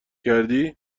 کردی